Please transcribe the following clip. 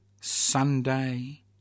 Sunday